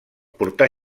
portar